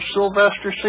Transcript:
Sylvester